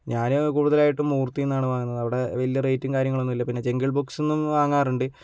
ഞാൻ കൂടുതലായിട്ടും മൂർത്തിയിൽ നിന്നാണ് വാങ്ങുന്നത് അവിടെ വലിയ റേറ്റും കാര്യങ്ങളൊന്നുമില്ല പിന്നെ ജംഗിൾ ബുക്സിൽ നിന്നും വാങ്ങാറുണ്ട്